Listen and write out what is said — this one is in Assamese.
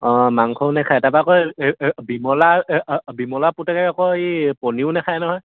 অঁ মাংসও নেখায় তাৰপৰা আকৌ বিমলা বিমলা পুতেকে আকৌ এই পনীৰো নাখায় নহয়